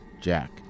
Jack